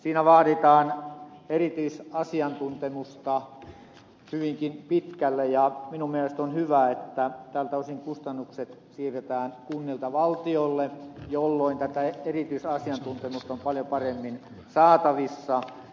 siinä vaaditaan erityisasiantuntemusta hyvinkin pitkälle ja minun mielestäni on hyvä että tältä osin kustannukset siirretään kunnilta valtiolle jolloin tätä erityisasiantuntemusta on paljon paremmin saatavissa